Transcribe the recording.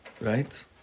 right